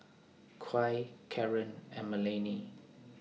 Kya Caron and Melanie